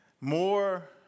More